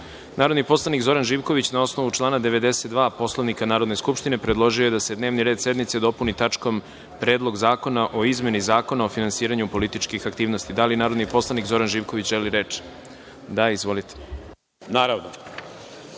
predlog. Narodni poslanik Zoran Živković, na osnovu člana 92. Poslovnika Narodne skupštine, predložio je da se dnevni red sednice dopuni tačkom – Predlog zakona o izmeni Zakona o finansiranju političkih aktivnosti. Da li narodni poslanik, Zoran Živković, želi reč? (Da)Izvolite. **Zoran